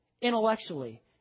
intellectually